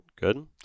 good